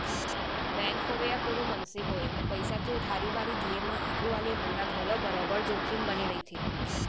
bank होवय या कोनों मनसे होवय पइसा के उधारी बाड़ही दिये म आघू वाले मन ल घलौ बरोबर जोखिम बने रइथे